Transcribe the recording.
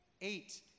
Eight